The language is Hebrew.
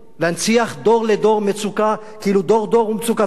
להנציח דור לדור מצוקה, כאילו דור דור ומצוקתו.